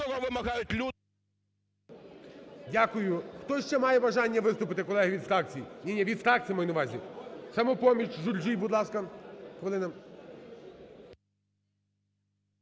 Дякую. Хто ще має бажання виступити, колеги, від фракцій? Ні, ні, від фракцій, маю на увазі. "Самопоміч", Журжій, будь ласка,